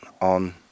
on